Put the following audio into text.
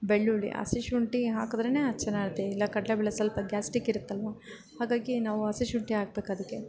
ಬೆಳ್ಳುಳ್ಳಿ ಹಸಿ ಶುಂಠಿ ಹಾಕಿದ್ರೇನೆ ಅದು ಚೆನ್ನಾಗಿರುತ್ತೆ ಇಲ್ಲ ಕಡಲೇ ಬೇಳೆ ಸ್ವಲ್ಪ ಗ್ಯಾಸ್ಟಿಕ್ ಇರುತ್ತಲ್ವ ಹಾಗಾಗಿ ನಾವು ಹಸಿ ಶುಂಠಿ ಹಾಕ್ಬೇಕದಕ್ಕೆ